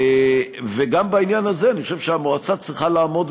גם בעניין הזה אני חושב שהמועצה צריכה לעמוד,